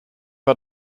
war